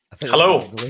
Hello